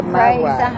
praise